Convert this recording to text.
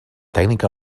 tècnica